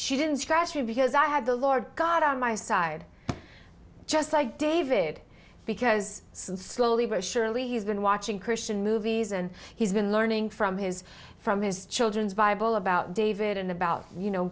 she didn't scratch me because i had the lord god on my side just like david because slowly but surely he's been watching christian movies and he's been learning from his from his children's bible about david and about you know